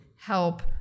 help